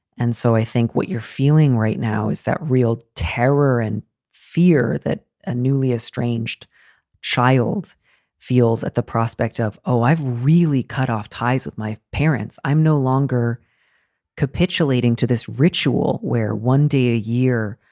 and so i think what you're feeling right now is that real terror and fear that a newly estranged child feels at the prospect of, oh, i've really cut off ties with my parents. i'm no longer capitulating to this ritual where one day a year,